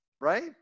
right